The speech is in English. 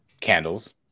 candles